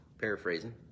paraphrasing